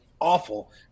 awful